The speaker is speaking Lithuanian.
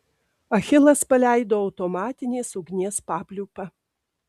achilas paleido automatinės ugnies papliūpą